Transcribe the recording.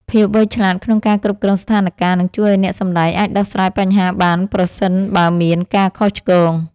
ភាពវៃឆ្លាតក្នុងការគ្រប់គ្រងស្ថានការណ៍នឹងជួយឱ្យអ្នកសម្តែងអាចដោះស្រាយបញ្ហាបានប្រសិនបើមានការខុសឆ្គង។